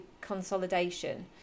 consolidation